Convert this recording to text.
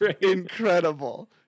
incredible